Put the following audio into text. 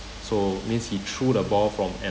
so means he threw the ball from